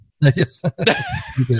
yes